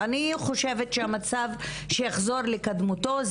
אני חושבת שהמצב יחזור לקדמותו,